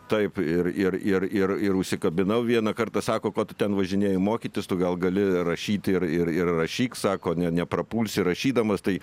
taip ir ir ir ir ir užsikabinau vieną kartą sako kad ten važinėji mokytis tu gal gali rašyti ir ir rašyk sako ne neprapulsi rašydamas tai